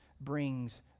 brings